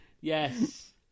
yes